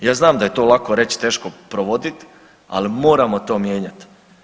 Ja znam a je to lako reći, teško provodit, ali moramo to mijenjati.